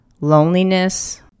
loneliness